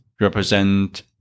represent